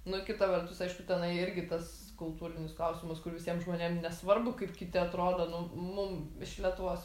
nu kita vertus aišku tenai irgi tas kultūrinius klausimus kuris visiem žmonėm nesvarbu kaip kiti atrodo nu mum iš lietuvos